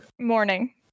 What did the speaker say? morning